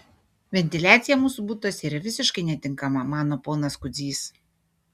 ventiliacija mūsų butuose yra visiškai netinkama mano ponas kudzys